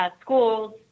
schools